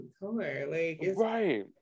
right